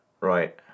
Right